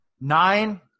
Nine